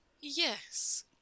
Yes